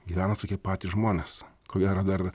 gyvena tokie patys žmonės ko gero dar